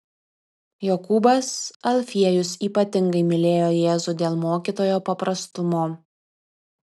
jokūbas alfiejus ypatingai mylėjo jėzų dėl mokytojo paprastumo